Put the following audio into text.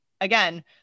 again